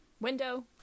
Window